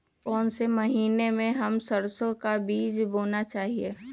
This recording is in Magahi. कौन से महीने में हम सरसो का बीज बोना चाहिए?